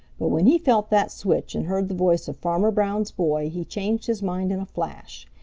but when he felt that switch and heard the voice of farmer brown's boy he changed his mind in a flash.